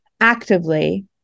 actively